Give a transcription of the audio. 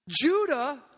Judah